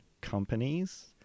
companies